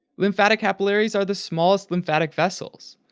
lymphatic capillaries are the smallest lymphatic vessels,